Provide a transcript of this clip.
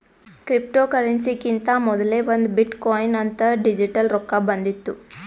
ಕ್ರಿಪ್ಟೋಕರೆನ್ಸಿಕಿಂತಾ ಮೊದಲೇ ಒಂದ್ ಬಿಟ್ ಕೊಯಿನ್ ಅಂತ್ ಡಿಜಿಟಲ್ ರೊಕ್ಕಾ ಬಂದಿತ್ತು